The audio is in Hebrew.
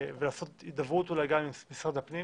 ולעשות הידברות אולי גם עם משרד הפנים